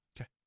Okay